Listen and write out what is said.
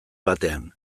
batean